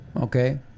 okay